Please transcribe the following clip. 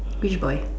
which boy